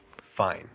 Fine